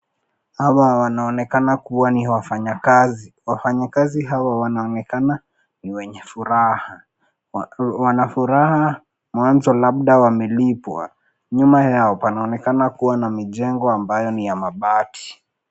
Hawa wanaonekana kuwa ni wafanyakazi, wafanyakazi hawa wanaonekana ni wenye furaha. Wanafuraha mwanzo labda wamelipwa. Nyuma yao panaonekana kuwa na mijengo ambayo ni ya mabati.